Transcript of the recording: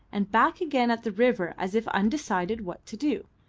and back again at the river as if undecided what to do.